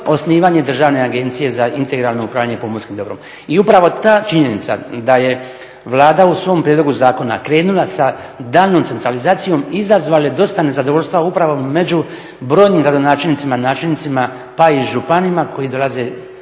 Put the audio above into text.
osnivanje Državne agencije za integralno upravljanje pomorskim dobrom. I upravo ta činjenica da je Vlada u svom prijedlogu zakona krenula sa daljnjom centralizacijom izazvalo je dosta nezadovoljstva upravo među brojnim gradonačelnicima, načelnicima pa i županima koji dolaze,